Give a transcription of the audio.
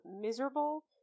miserable